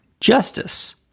justice